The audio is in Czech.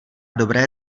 dobré